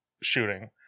shooting